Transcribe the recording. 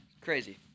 Crazy